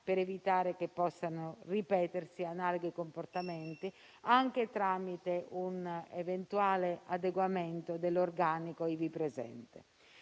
per evitare che possano ripetersi analoghi comportamenti, anche tramite un eventuale adeguamento dell'organico ivi presente.